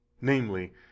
Namely